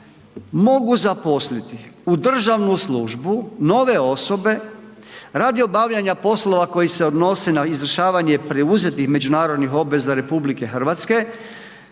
mogu zaposliti u državnu službu nove osobe radi obavljanja poslova koji se odnose na izvršavanje preuzetih međunarodnih obveza RH,